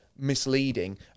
misleading